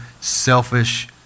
selfish